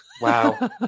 wow